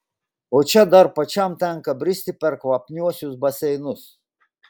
o čia dar pačiam tenka bristi per kvapniuosius baseinus